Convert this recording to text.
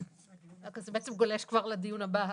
זה בעצם גולש כבר לדיון הבא.